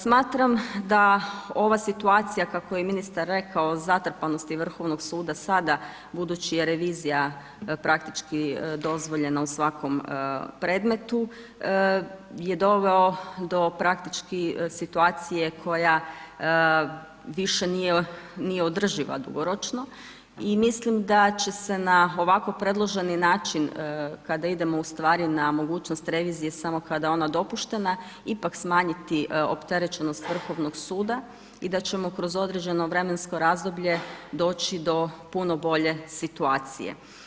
Smatram da ova situacija, kako je ministar rekao zatrpanosti Vrhovnog suda, sada budući da je revizija praktički dozvoljena u svakom predmetu je doveo do praktički situacije koja više nije održiva dugoročno i mislim da će se na ovako predloženi način kada idemo ustvari na mogućnost revizije samo kada je ona dopuštena ipak smanjiti opterećenost Vrhovnog suda i da ćemo kroz određeno vremensko razdoblje doći do puno puno bolje situacije.